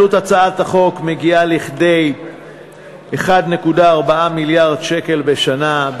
עלות החוק המוצע מגיעה כדי 1.4 מיליארד שקל בשנה.